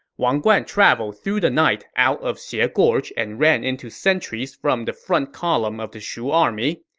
wang guan traveled through the night out of xie ah gorge and ran into sentries from the front column of the shu army.